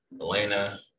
Elena